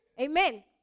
Amen